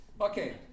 Okay